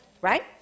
Right